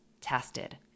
tested